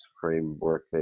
framework